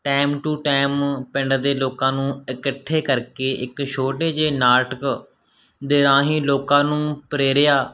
time to time ਪਿੰਡ ਦੇ ਲੋਕਾਂ ਨੂੰ ਇਕੱਠੇ ਕਰਕੇ ਇੱਕ ਛੋਟੇ ਜਿਹੇ ਨਾਟਕ ਦੇ ਰਾਹੀਂ ਲੋਕਾਂ ਨੂੰ ਪ੍ਰੇਰਿਆ